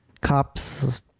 Cop's